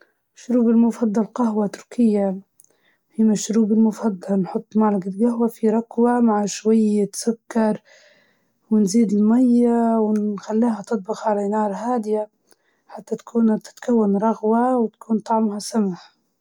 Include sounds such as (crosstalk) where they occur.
مشروبي المفضل الجهوة، الجهوة التركية، نديرها بإضافة ملعقة صغيرة بن تركي مع سكر حسب (hesitation) الرغبة ونخليها تغلي على نار هادية لين تفور.